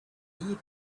leaving